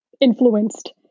influenced